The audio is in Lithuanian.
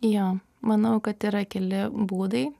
jo manau kad yra keli būdai